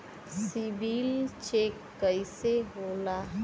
CIBIL check कइसे होला?